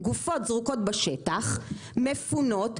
גופות זרוקות בשטח מפונות,